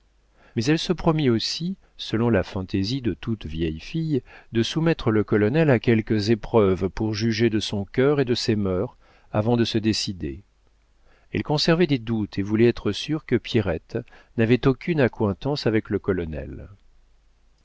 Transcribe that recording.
mais elle se promit aussi selon la fantaisie de toute vieille fille de soumettre le colonel à quelques épreuves pour juger de son cœur et de ses mœurs avant de se décider elle conservait des doutes et voulait être sûre que pierrette n'avait aucune accointance avec le colonel